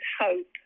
hope